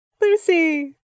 Lucy